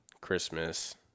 Christmas